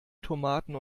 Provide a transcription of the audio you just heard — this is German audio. tomaten